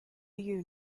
you